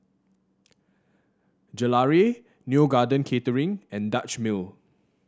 Gelare Neo Garden Catering and Dutch Mill